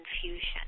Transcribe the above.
confusion